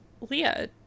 Leah